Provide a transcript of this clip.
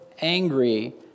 angry